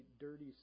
dirty